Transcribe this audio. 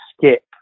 skip